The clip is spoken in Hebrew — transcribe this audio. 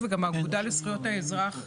וכן יחידות נוספות אשר השר לביטחון הפנים,